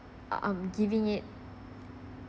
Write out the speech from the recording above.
um giving it